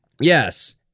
Yes